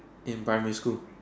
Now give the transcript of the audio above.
in primary school